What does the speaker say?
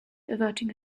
averting